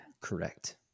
Correct